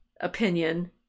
opinion